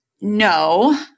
no